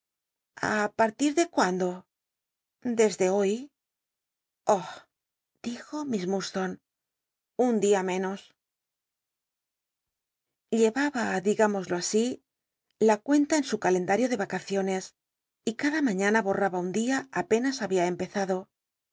a partir desde cnando desde hoy oh dijo miss hud tone un di a de menos llel aba digtimoslo así la cuenta en su calendario de l acaciones y cada mañana bonnba un dia apenas babia empezado